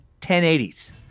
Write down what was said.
1080s